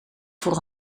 voor